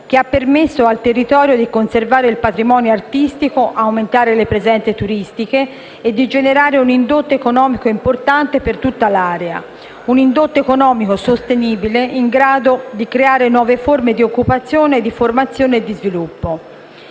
che ha permesso al territorio di conservare il patrimonio artistico, di aumentare le presenze turistiche e di generare un indotto economico importante per tutta l'area; un indotto economico sostenibile, in grado di creare nuove forme di occupazione, di formazione e di sviluppo.